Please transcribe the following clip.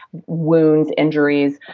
wounds, injuries.